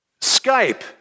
Skype